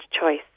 choice